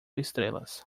estrelas